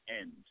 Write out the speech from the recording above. end